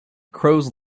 crows